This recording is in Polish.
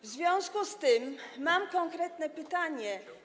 W związku z tym mam konkretne pytanie.